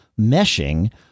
meshing